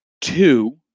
two